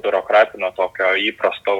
biurokratinio tokio įprasto